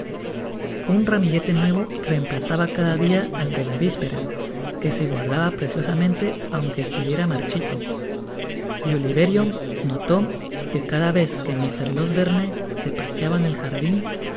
un ramillete nuevo reemplazaba cada dia al de la vispera que se guardaba preciosamente aun que estuviera marchito y oliverio notó que cada vez que mr losherne se paseaba en el jardin